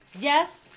Yes